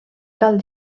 cal